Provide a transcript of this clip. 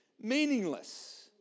meaningless